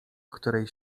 której